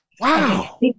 Wow